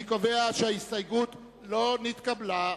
אני קובע שההסתייגות לא נתקבלה.